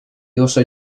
also